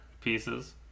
pieces